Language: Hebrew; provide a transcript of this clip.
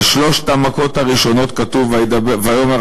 על שלוש המכות הראשונות כתוב: "ויאמר